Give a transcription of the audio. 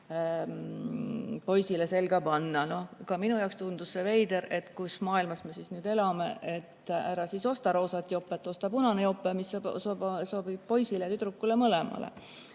poisile selga panna. Ka minu jaoks tundus see veider. Kus maailmas me siis elame? Ära osta roosat jopet, osta punane jope, mis sobib poisile ja tüdrukule mõlemale.